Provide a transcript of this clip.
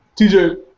TJ